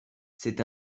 c’est